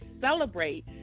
celebrate